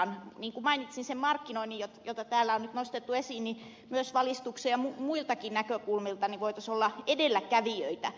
niin kuin mainitsin sen markkinoinnin joka täällä on nyt nostettu esiin niin myös valistuksen ja muiltakin näkökulmilta voitaisiin olla edelläkävijöitä